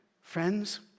Friends